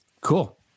Cool